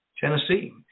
Tennessee